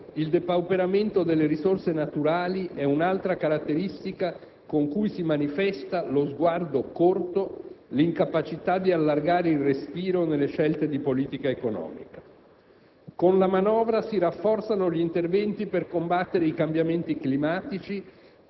Energia e ambiente: così come l'accumulo di un enorme debito, il depauperamento delle risorse naturali è un altra caratteristica con cui si manifesta lo sguardo corto, l'incapacità di allargare il respiro nelle scelte di politica economica.